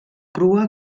crua